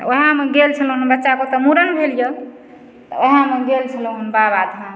तऽ वएहमे गेल छलहुँ हन बच्चाके ओतऽ मूरन भेल यऽ तऽ वएह गेल छलहुँ हम बाबाधाम